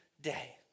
day